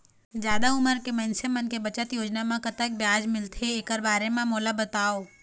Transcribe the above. जादा उमर के मइनसे मन के बचत योजना म कतक ब्याज मिलथे एकर बारे म मोला बताव?